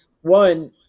one